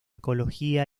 ecología